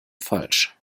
falsch